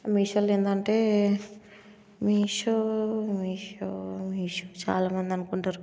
మీషోలో ఏంటంటే Meesho Meesho Meesho చాలామంది అనుకుంటారు